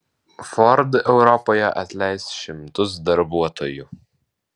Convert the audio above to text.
ford europoje atleis šimtus darbuotojų